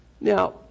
Now